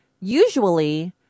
usually